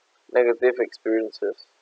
negative experiences